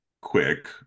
quick